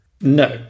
No